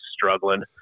struggling